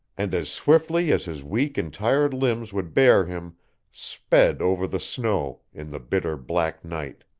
and as swiftly as his weak and tired limbs would bear him sped over the snow in the bitter, black night.